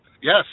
Yes